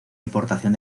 importación